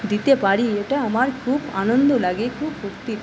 দিতে পারি এটা আমার খুব আনন্দ লাগে খুব ফুর্তির